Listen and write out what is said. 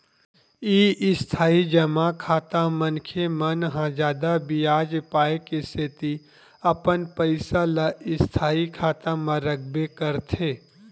इस्थाई जमा खाता मनखे मन ह जादा बियाज पाय के सेती अपन पइसा ल स्थायी खाता म रखबे करथे